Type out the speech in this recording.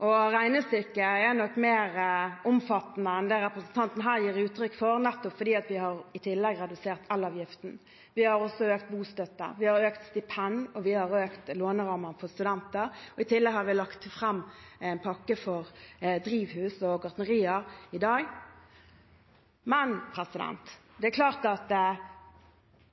er nok mer omfattende enn det representanten gir uttrykk for, fordi vi i tillegg har redusert elavgiften. Vi har også økt bostøtte, vi har økt stipend, og vi har økt lånerammer for studenter. I tillegg har vi i dag lagt fram en pakke for drivhus og gartnerier. Men det er klart at mange husholdninger,